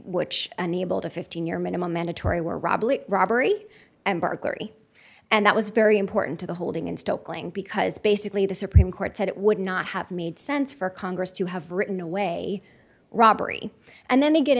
which enabled a fifteen year minimum mandatory were robbed robbery and burglary and that was very important to the holding and still cling because basically the supreme court said it would not have made sense for congress to have written a way robbery and then they get